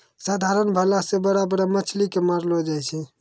साधारण भाला से बड़ा बड़ा मछली के मारलो जाय छै